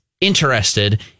interested